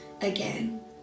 again